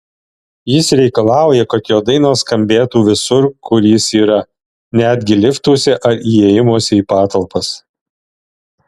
jis reikalauja kad jo dainos skambėtų visur kur jis yra netgi liftuose ar įėjimuose į patalpas